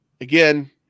again